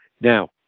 Now